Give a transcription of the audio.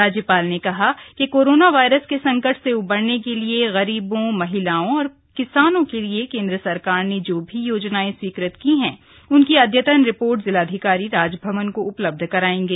राज्यपाल ने कहा कि कोरोना वायरस संकट से उबरने के लिये गरीबों महिलाओं किसानों के लिए केंद्र सरकार ने जो भी योजनाएं स्वीकृत की गई है उनकी अद्यतन रिपोर्ट जिलाधिकारी राजभवन को उपलब्ध करायेंगे